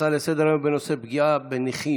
הצעה לסדר-היום בנושא: פגיעה בנכים